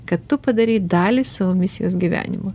kad tu padarei dalį savo misijos gyvenimo